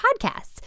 podcasts